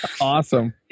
Awesome